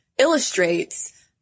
Illustrates